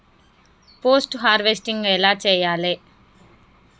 Post harvesting ఎలా చెయ్యాలే?